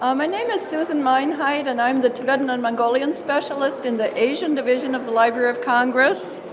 um ah name is susan meinheit and i'm the tibetan and mongolian specialist in the asian division of the library of congress.